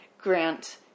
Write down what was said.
Grant